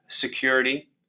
security